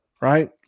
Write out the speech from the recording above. right